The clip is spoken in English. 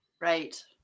Right